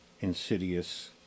insidious